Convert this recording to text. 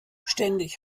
ständig